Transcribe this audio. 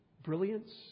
Brilliance